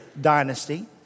dynasty